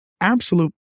absolute